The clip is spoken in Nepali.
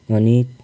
अनित